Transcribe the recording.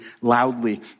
loudly